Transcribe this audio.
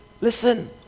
Listen